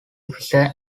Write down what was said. officer